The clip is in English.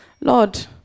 Lord